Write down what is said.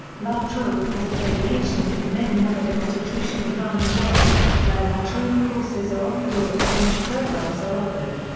la trobe has affiliations with many other institutions around the world, where la trobe courses are offered or exchange programs are offered.